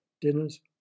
dinners